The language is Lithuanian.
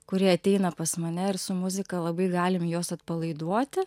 kurie ateina pas mane ir su muzika labai galim juos atpalaiduoti